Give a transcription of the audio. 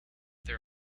their